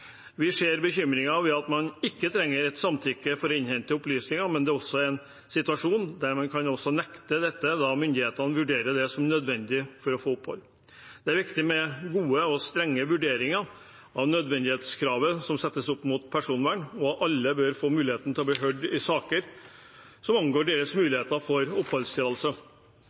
Vi ser bekymringen ved at man ikke trenger et samtykke for å innhente opplysninger, men det er også en situasjon der man ikke kan nekte dette, da myndighetene vurderer det som nødvendig for å få opphold. Det er viktig med gode og strenge vurderinger av nødvendighetskravet sett opp mot personvernet. Alle bør få muligheten til å bli hørt i saker som angår deres muligheter for